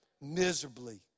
miserably